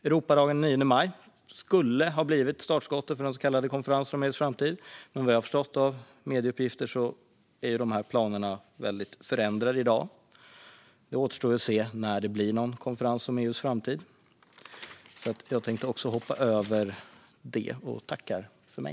Europadagen den 9 maj skulle ha blivit startskottet för den så kallade konferensen om EU:s framtid, men vad jag har förstått av medieuppgifter är planerna ändrade i dag. Det återstår att se när det blir en konferens om EU:s framtid, så jag hoppar över det och tackar för mig.